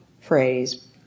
phrase